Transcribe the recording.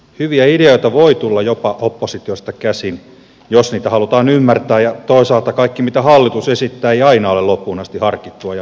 hyviä ideoita voi tulla jopa oppositiosta käsin jos niitä halutaan ymmärtää ja toisaalta kaikki mitä hallitus esittää ei aina ole loppuun asti harkittua ja viisasta